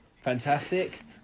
Fantastic